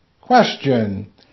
Question